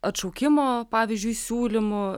atšaukimo pavyzdžiui siūlymų